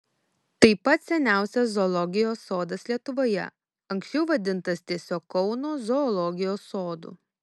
tai pats seniausias zoologijos sodas lietuvoje anksčiau vadintas tiesiog kauno zoologijos sodu